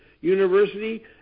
University